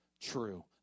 true